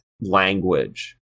language